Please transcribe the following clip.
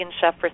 chef